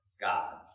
God